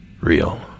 real